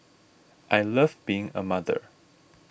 I love being a mother